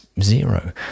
zero